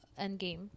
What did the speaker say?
Endgame